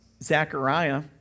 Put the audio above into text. Zechariah